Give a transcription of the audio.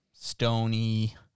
stony